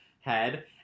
head